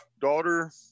Daughter